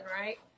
right